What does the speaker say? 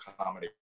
comedy